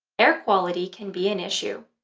air quality can be an issue,